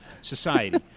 society